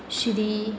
Shri